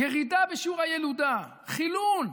ירידה בשיעור הילודה, חילון.